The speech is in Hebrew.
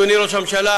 אדוני ראש הממשלה,